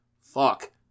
fuck